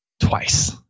twice